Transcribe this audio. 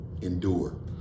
Endure